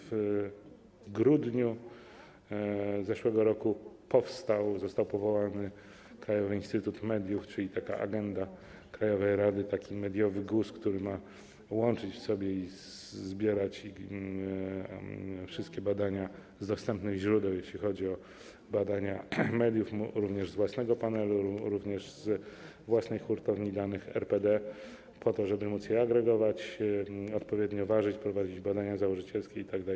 W grudniu zeszłego roku został powołany Krajowy Instytut Mediów, czyli agenda krajowej rady, taki mediowy GUS, który ma łączyć w sobie i zbierać wszystkie badania z dostępnych źródeł, jeśli chodzi o badania mediów, również z własnego panelu, z własnej hurtowni danych RPD po to, żeby móc je agregować, odpowiednio ważyć, prowadzić badania założycielskie itd.